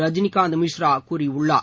ரஜினிகாந்த் மிஸ்ரா கூறியுள்ளார்